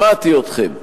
שמעתי אתכם,